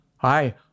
Hi